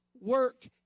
work